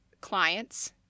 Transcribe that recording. clients